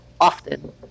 often